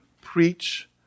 preach